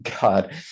God